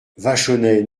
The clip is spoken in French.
vachonnet